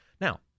Now